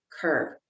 curve